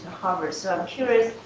harvard. so i'm curious,